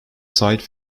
site